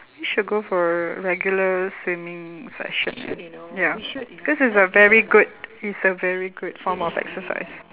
we should go for regular swimming session eh ya because it's a very good it's a very good form of exercise